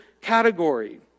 category